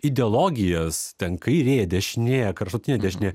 ideologijas ten kairė dešinė kraštutinė dešinė